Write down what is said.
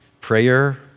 Prayer